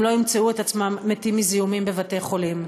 לא ימצאו את עצמם מתים מזיהומים בבתי-חולים.